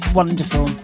wonderful